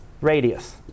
radius